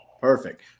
Perfect